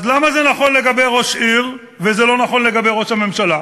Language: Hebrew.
אז למה זה נכון לגבי ראש עיר וזה לא נכון לגבי ראש הממשלה,